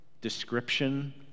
description